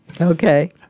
Okay